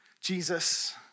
Jesus